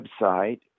website